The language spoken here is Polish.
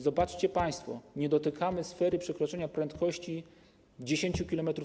Zobaczcie państwo, nie dotykamy sfery przekroczenia prędkości o 10 km/h.